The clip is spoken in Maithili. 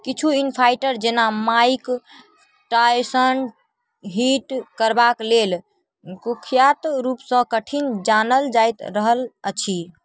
किछु इन फाइटर जेना माइक टायसन हिट करबाक लेल कुख्यात रूपसँ कठिन जानल जाइत रहल अछि